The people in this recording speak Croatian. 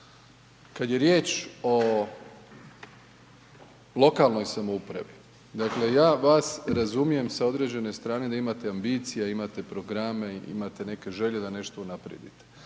Kada je riječ o lokalnoj samoupravi, dakle ja vas razumijem s određene strane da imate ambicije, imate programe, imate neke želje da nešto unaprijedite,